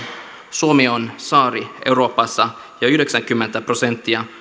suomi on saari euroopassa ja yhdeksänkymmentä prosenttia